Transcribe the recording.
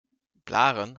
blaren